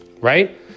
right